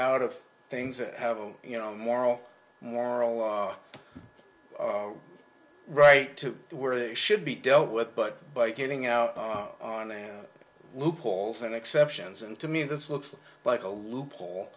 out of things that have a you know moral moral law right to where they should be dealt with but by getting out on the loopholes and exceptions and to me this looks like a loophole